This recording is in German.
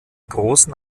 großen